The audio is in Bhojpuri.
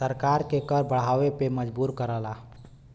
सरकार के कर बढ़ावे पे मजबूर करला